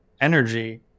energy